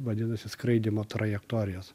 vadinasi skraidymo trajektorijos